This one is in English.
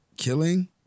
Killing